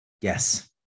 yes